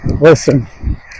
Listen